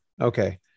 okay